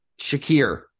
Shakir